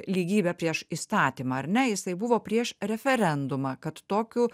lygybę prieš įstatymą ar ne jisai buvo prieš referendumą kad tokiu